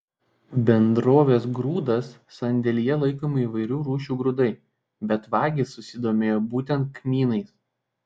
bendrovės grūdas sandėlyje laikomi įvairių rūšių grūdai bet vagys susidomėjo būtent kmynais